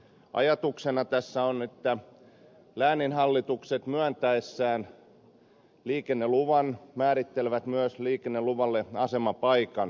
ajatuksena tässä on että lääninhallitukset myöntäessään liikenneluvan määrittelevät myös liikenneluvalle asemapaikan